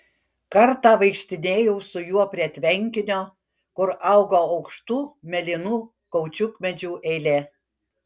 kartą vaikštinėjau su juo prie tvenkinio kur augo aukštų mėlynų kaučiukmedžių eilė